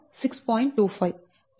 25 2